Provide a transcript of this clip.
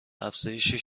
افزایشی